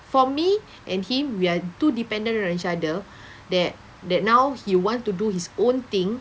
for me and him we are too dependent on each other that that now he want to do his own thing